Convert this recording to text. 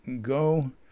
go